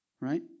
right